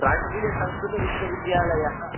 राष्ट्रियसंस्कृतविश्वविद्यालयः